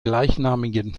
gleichnamigen